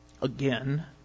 again